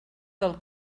del